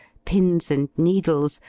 pins-and-needles,